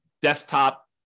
desktop